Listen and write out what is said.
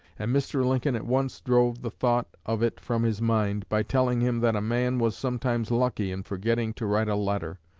and mr. lincoln at once drove the thought of it from his mind by telling him that a man was sometimes lucky in forgetting to write a letter,